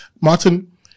Martin